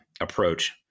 approach